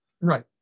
Right